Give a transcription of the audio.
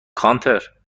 گانتر